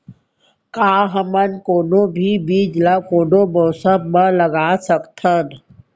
का हमन कोनो भी बीज ला कोनो मौसम म लगा सकथन?